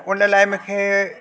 त उन लाइ मूंखे